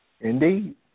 Indeed